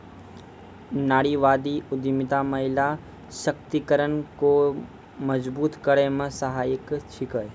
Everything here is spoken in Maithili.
नारीवादी उद्यमिता महिला सशक्तिकरण को मजबूत करै मे सहायक छिकै